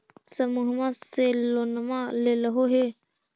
समुहवा से लोनवा लेलहो हे?